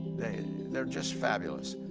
they're just fabulous.